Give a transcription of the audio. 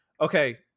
okay